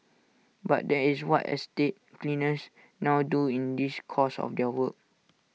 but that is what estate cleaners now do in this course of their work